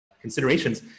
considerations